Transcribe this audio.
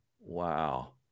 Wow